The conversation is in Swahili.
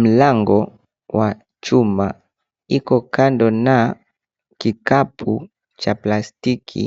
Mlango wa chuma iko kando na kikapu cha plastiki